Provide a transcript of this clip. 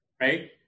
right